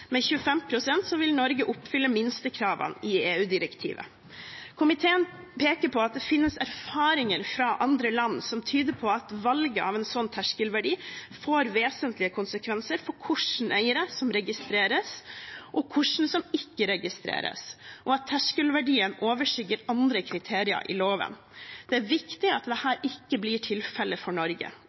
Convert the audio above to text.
Med 25 pst. vil Norge oppfylle minstekravene i EU-direktivet. Komiteen peker på at det finnes erfaringer fra andre land som tyder på at valget av en sånn terskelverdi får vesentlige konsekvenser for hvilke eiere som registreres, og hvilke som ikke registreres, og at terskelverdien overskygger andre kriterier i loven. Det er viktig at dette ikke blir tilfellet for Norge.